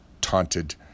taunted